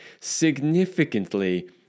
significantly